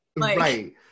Right